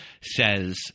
says